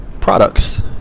products